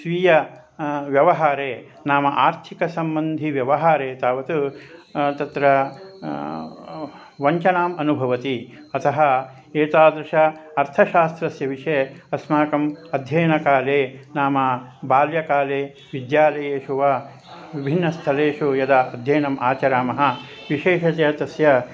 स्वीय व्यवहारे नाम आर्थिकसम्बन्धिव्यवहारे तावत् तत्र वञ्चनाम् अनुभवति अतः एतादृशस्य अर्थशास्त्रस्य विषये अस्माकम् अध्ययनकाले नाम बाल्यकाले विद्यालयेषु वा विभिन्नस्थरेषु यदा अध्ययनम् आचरामः विशेषतया तस्य